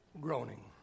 Groaning